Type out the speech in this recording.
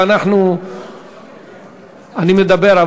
ואני מדבר,